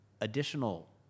additional